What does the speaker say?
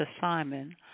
Simon